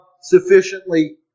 sufficiently